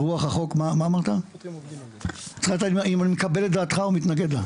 אני לא יודע אם אני מקבל את דעתך או מתנגד לה.